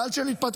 גל של התפטרויות.